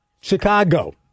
Chicago